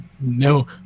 no